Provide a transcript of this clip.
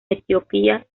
etiopía